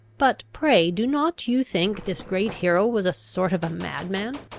but pray, do not you think this great hero was a sort of a madman?